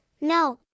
no